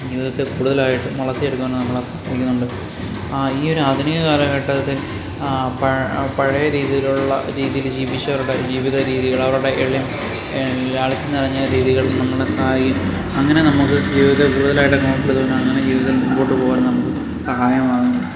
ജീവിതത്തെ കൂടുതലായിട്ട് വളത്തിയെടുക്കുവാനോ നമ്മളെ സഹായിക്കുന്നുണ്ട് ആ ഈയൊരു ആധുനിക കാലഘട്ടത്തിൽ പഴ പഴയ രീതിയിലുള്ള രീതിയില് ജീവിച്ചവരുടെ ജീവിത രീതികൾ അവരുടെ എളിമ് ലാളിത്യം നിറഞ്ഞ രീതികൾ നമ്മളെതായി അങ്ങനെ നമ്മള്ക്ക് ജീവിതത്തെ കൂടുതലായിട്ടങ്ങ് ഓർത്തിരുന്നാണ് ജീവിതം മുമ്പോട്ട് പോവാൻ നമുക്ക് സഹായകമാവുന്നത്